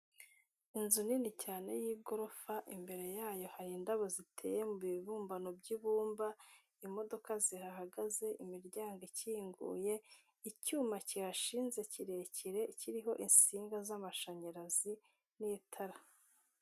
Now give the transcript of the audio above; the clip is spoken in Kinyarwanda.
Inzu nini cyane y'igorofa, imbere yayo hari indabo ziteye mu bibumbano by'ibumba, imodoka zihahagaze, imiryango ikinguye, icyuma kihashinze kirekire kiriho insinga z'amashanyarazi n'itara.